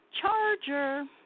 Charger